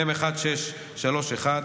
מ/1631,